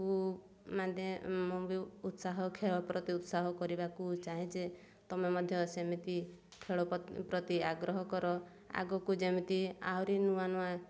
ମୁଁ ବି ଉତ୍ସାହ ଖେଳ ପ୍ରତି ଉତ୍ସାହ କରିବାକୁ ଚାହେଁ ଯେ ତମେ ମଧ୍ୟ ସେମିତି ଖେଳ ପ୍ରତି ଆଗ୍ରହ କର ଆଗକୁ ଯେମିତି ଆହୁରି ନୂଆ ନୂଆ